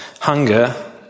hunger